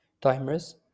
timers